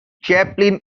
chapin